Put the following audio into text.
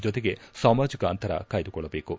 ಜೊತೆಗೆ ಸಾಮಾಜಕ ಅಂತರ ಕಾಯ್ದುಕೊಳ್ಳಬೇಕು